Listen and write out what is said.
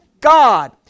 God